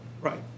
Right